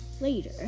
later